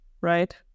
Right